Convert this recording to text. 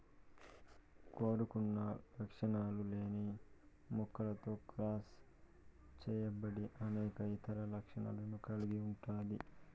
కోరుకున్న లక్షణాలు లేని మొక్కతో క్రాస్ చేయబడి అనేక ఇతర లక్షణాలను కలిగి ఉంటాది